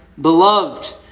Beloved